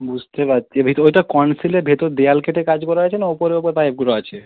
বুঝতে পারছি ভিতরে ওটা কনসিলের ভিতর দেওয়াল কেটে কাজ করা হয়েছে না উপরে উপরে পাইপগুলো আছে